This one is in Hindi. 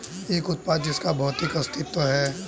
एक उत्पाद जिसका भौतिक अस्तित्व है?